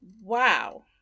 Wow